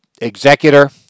executor